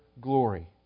glory